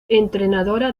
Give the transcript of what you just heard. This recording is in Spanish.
entrenadora